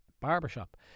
barbershop